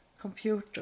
computer